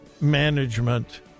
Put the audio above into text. management